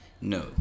No